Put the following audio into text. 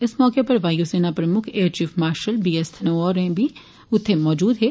इस मौके पर वायुसेना प्रमुक्ख air chief marshal B S Dhanoa होर बी उत्थे मौजूद हे